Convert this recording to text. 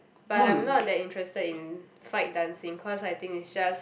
but I'm not that interested in fight dancing cause I think it's just